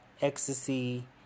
ecstasy